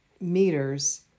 meters